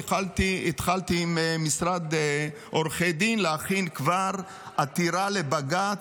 התחלתי עם משרד עורכי דין להכין כבר עתירה לבג"ץ,